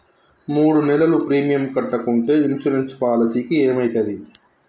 మూడు నెలలు ప్రీమియం కట్టకుంటే ఇన్సూరెన్స్ పాలసీకి ఏమైతది?